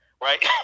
right